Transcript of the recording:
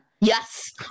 Yes